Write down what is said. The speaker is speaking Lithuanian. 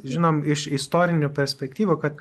žinom iš istorinių perspektyvų kad